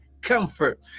comfort